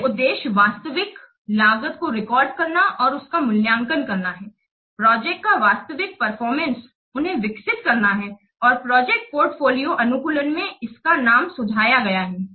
मुख्य उद्देश्य वास्तविक लागत को रिकॉर्ड करना और उसका मूल्यांकन करना है प्रोजेक्ट का वास्तविक परफॉरमेंस उन्हें विकसित करना है और प्रोजेक्ट पोर्टफोलियो अनुकूलन में इसका नाम सुझाया गया है